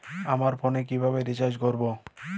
আমার ফোনে কিভাবে রিচার্জ করবো?